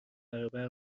برابر